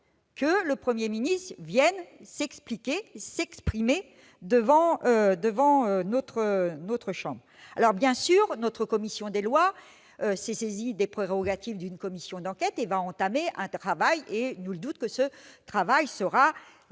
que le Premier ministre vienne s'expliquer, s'exprimer devant notre assemblée. Bien sûr, notre commission des lois s'est saisie des prérogatives d'une commission d'enquête et va entamer un travail, et nul doute que ce travail sera